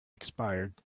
expired